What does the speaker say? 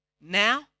Now